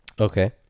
Okay